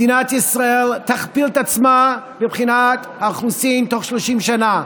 מדינת ישראל תכפיל את עצמה מבחינת האוכלוסין תוך 30 שנה.